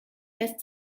lässt